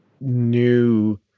new